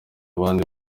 abandi